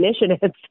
initiatives